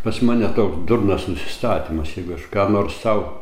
pas mane toks durnas nusistatymas jeigu aš ką nors sau